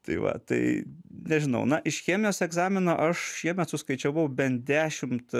tai va tai nežinau na iš chemijos egzamino aš šiemet suskaičiavau bent dešimt